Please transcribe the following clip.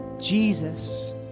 Jesus